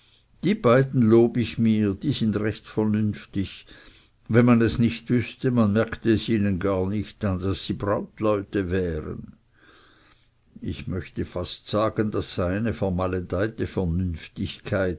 die beiden lob ich mir die sind recht vernünftig wenn man es nicht wüßte man merkte es ihnen gar nicht an daß sie brautleute wären ich möchte fast sagen das sei eine